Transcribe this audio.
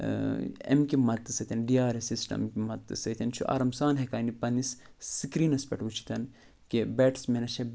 اَمہِ کہِ مدتہٕ سۭتۍ ڈی آر اٮ۪س سِسٹَم مدتہٕ سۭتۍ چھُ آرام سان ہٮ۪کان یہِ پَنٛنِس سِکریٖنَس پٮ۪ٹھ وٕچھِتھ کہِ بیٹٕسمینَس چھےٚ